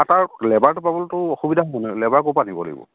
তাৰ লেবাৰটো পাবলে অসুবিধা আনিব লাগিব